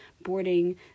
boarding